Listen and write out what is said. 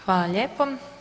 Hvala lijepo.